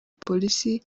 polisi